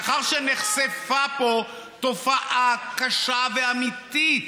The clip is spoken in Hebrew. מאחר שנחשפה תופעה קשה ואמיתית,